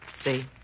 See